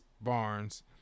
Barnes